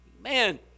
Man